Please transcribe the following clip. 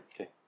Okay